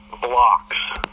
blocks